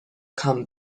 come